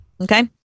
okay